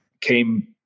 came